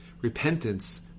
Repentance